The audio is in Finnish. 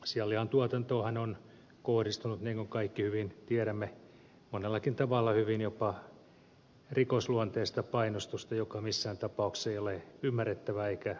sianlihan tuotantoonhan on kohdistunut niin kuin kaikki hyvin tiedämme monellakin tavalla jopa hyvin rikosluonteista painostusta joka missään tapauksessa ei ole ymmärrettävää eikä sallittavaa